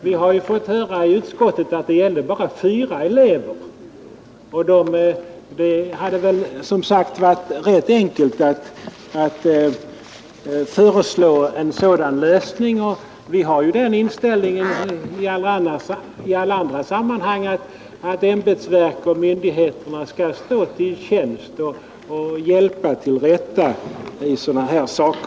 Vi har ju fått höra i utskottet att det gäller bara fyra elever. Det hade väl som sagt varit rätt enkelt att föreslå en sådan lösning; vi har ju den inställningen i alla andra sammanhang att ämbetsverk och myndigheter skall stå till tjänst och hjälpa till rätta i sådana här saker.